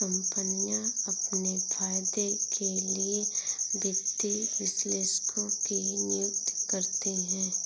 कम्पनियाँ अपने फायदे के लिए वित्तीय विश्लेषकों की नियुक्ति करती हैं